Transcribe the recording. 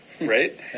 right